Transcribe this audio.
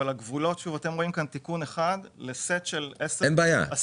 אבל התיקון שאתם רואים כאן הוא תיקון אחד בסט של 10 תנאים.